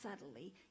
subtly